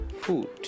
food